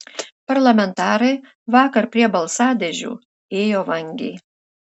parlamentarai vakar prie balsadėžių ėjo vangiai